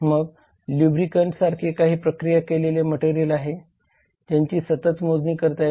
मग लुब्रीकंट सारखे काही प्रक्रिया केलेले मटेरियल आहे ज्यांची सतत मोजणी करता येते